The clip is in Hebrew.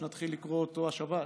נתחיל לקרוא אותו השבת,